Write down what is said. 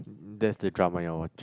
that's the drama you're watched